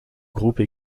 groupe